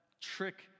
trick